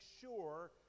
sure